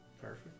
Perfect